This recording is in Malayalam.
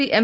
P M